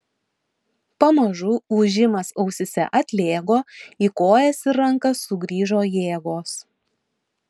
pamažu ūžimas ausyse atlėgo į kojas ir rankas sugrįžo jėgos